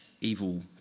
evil